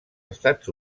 estats